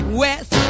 west